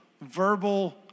verbal